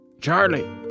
Charlie